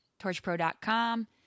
TorchPro.com